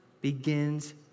begins